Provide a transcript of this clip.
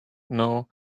know